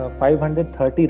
530